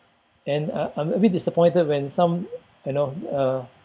and uh I'm a bit disappointed when some you know uh